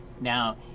now